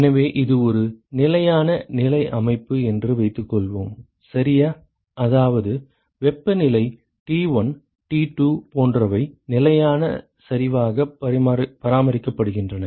எனவே இது ஒரு நிலையான நிலை அமைப்பு என்று வைத்துக்கொள்வோம் சரியா அதாவது வெப்பநிலை T1 T2 போன்றவை நிலையான சரிவாக பராமரிக்கப்படுகின்றன